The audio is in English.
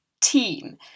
team